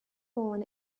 born